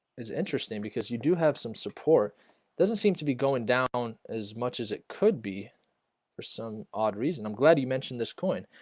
is interesting because you do have some support doesn't seem to be going down as much as it could be for some odd reason i'm glad you mentioned this coin,